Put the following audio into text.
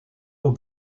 aux